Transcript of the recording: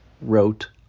wrote